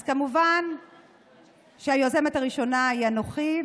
אז כמובן שהיוזמת הראשונה היא אנוכי,